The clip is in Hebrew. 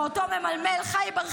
בעודו מלמל: "ח'יבר,